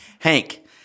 Hank